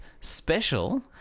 special